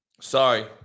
Sorry